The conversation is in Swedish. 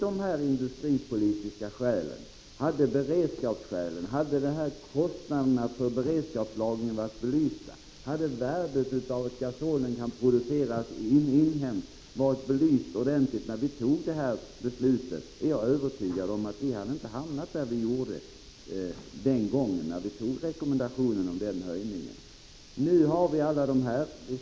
Hade alla de industripolitiska skälen, beredskapsskälen, kostnaderna för beredskapslagring och värdet av att gasol kan produceras i Sverige varit belysta redan då vi fattade beslutet, är jag övertygad om att vi inte hamnat i den situation vi råkade i den gång vi antog rekommendationen om en höjning.